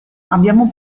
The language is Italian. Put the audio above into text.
abbiamo